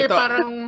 parang